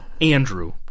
Andrew